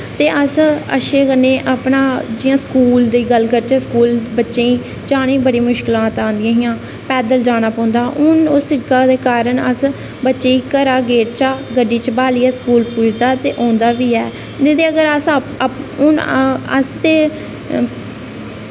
ते अस अच्छे कन्नै अपना जियां स्कूल दी गल्ल करचै स्कूल बच्चें ई जाने ई बड़ी मुश्कलात आंदियां हियां पैदल जाना पौंदा हा हून ओह् सिड़का दे कारण अस बच्चें ई घरा गेट चा गड्डी च ब्हालियै गेट चा बच्चें गी स्कूल पुजदा ते औंदा बी ऐ ते अगर हून अस अस ते